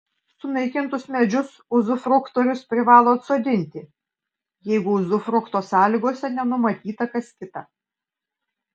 sunaikintus medžius uzufruktorius privalo atsodinti jeigu uzufrukto sąlygose nenumatyta kas kita